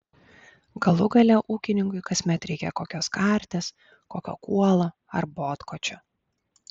galų gale ūkininkui kasmet reikia kokios karties kokio kuolo ar botkočio